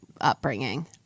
upbringing